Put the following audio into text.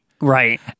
right